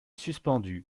suspendu